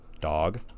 Dog